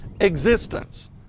existence